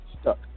stuck